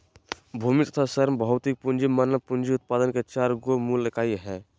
भूमि तथा श्रम भौतिक पूँजी मानव पूँजी उत्पादन के चार गो मूल इकाई हइ